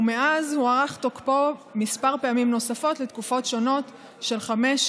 ומאז הוארך תוקפו כמה פעמים לתקופות שונות של חמש,